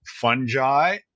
fungi